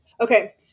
okay